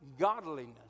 godliness